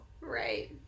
Right